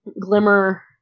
Glimmer